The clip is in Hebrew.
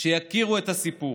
שיכירו את הסיפור.